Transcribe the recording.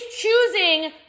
choosing